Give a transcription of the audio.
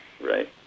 Right